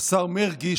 השר מרגי,